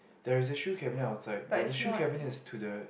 there is a shoe cabinet outside by the shoe cabinet is to the